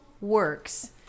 works